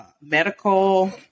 Medical